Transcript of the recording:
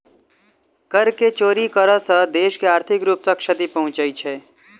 कर के चोरी करै सॅ देश के आर्थिक रूप सॅ क्षति पहुँचे छै